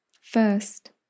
First